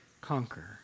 Conquer